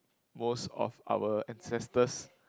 most of our ancestors